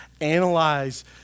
Analyze